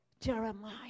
Jeremiah